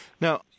Now